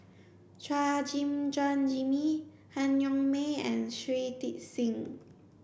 Chua Gim Guan Jimmy Han Yong May and Shui Tit Sing